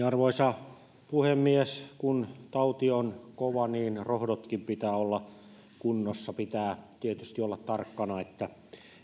arvoisa puhemies kun tauti on kova niin rohdotkin pitää olla kunnossa pitää tietysti olla tarkkana että